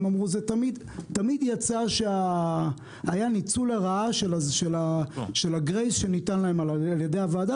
תמיד יצא שהיה ניצול לרעה של הגרייס שניתן להם על ידי הוועדה,